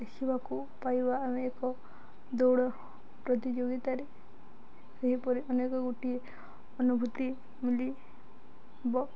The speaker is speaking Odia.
ଦେଖିବାକୁ ପାଇବା ଆମେ ଏକ ଦୌଡ଼ ପ୍ରତିଯୋଗିତାରେ ଏହିପରି ଅନେକ ଗୋଟିଏ ଅନୁଭୂତି ମିଳିବ